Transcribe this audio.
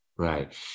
Right